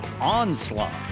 onslaught